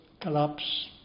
collapse